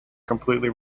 completely